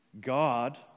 God